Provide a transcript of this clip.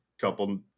couple